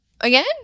Again